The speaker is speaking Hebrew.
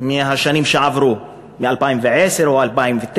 לעומת השנים שעברו, 2010 או 2009,